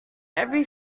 every